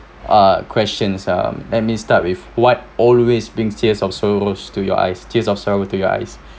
ah questions um let me start with what always brings tears of sorrows to your eyes tears of sorrows with to your eyes